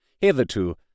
Hitherto